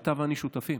אתה ואני שותפים